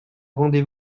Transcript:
rendez